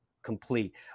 complete